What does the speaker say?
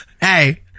Hey